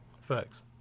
Facts